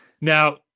Now